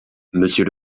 monsieur